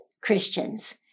Christians